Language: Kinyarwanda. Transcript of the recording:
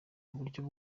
uburyo